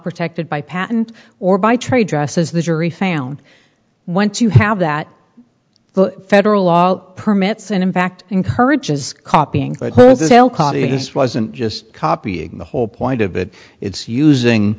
protected by patent or by trade dress as the jury found once you have that the federal law permits and in fact encourages copying the sale this wasn't just copying the whole point of it it's using